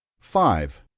five.